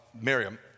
Miriam